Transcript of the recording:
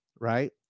right